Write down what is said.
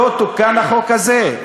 לא תוקן החוק הזה,